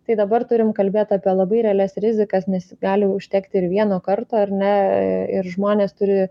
tai dabar turim kalbėti apie labai realias rizikas nes gali užtekti ir vieno karto ar ne ir žmonės turi